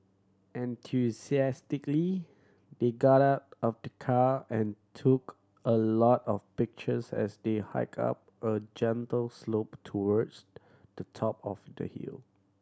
enthusiastically they got out of the car and took a lot of pictures as they hiked up a gentle slope towards the top of the hill